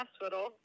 hospital